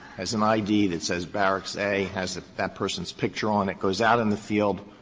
has an id that says barracks a, has ah that person's picture on it, goes out in the field,